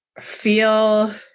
feel